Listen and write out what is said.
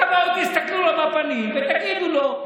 תבואו, תסתכלו לו בפנים ותגידו לו: